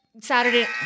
Saturday